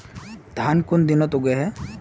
धान कुन दिनोत उगैहे